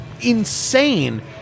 insane